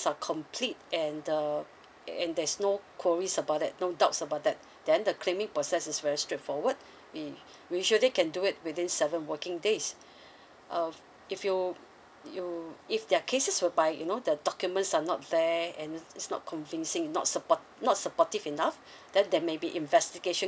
are complete and the and there's no queries about that no doubts about that then the claiming process is very straightforward we we usually can do it within seven working days uh if you you if there're cases whereby you know the documents are not there and it's not convincing not support not supportive enough then there maybe investigation